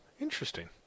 Interesting